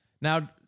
Now